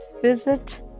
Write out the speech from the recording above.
visit